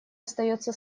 остается